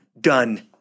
done